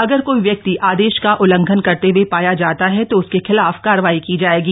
अगर कोई व्यक्ति आदेश का उल्लंघन करते हये पाया जाता है तो उसके खिलाफ कार्रवाई की जाएगी